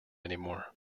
anymore